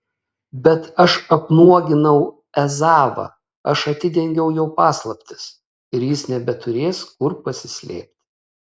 bet aš apnuoginau ezavą aš atidengiau jo paslaptis ir jis nebeturės kur pasislėpti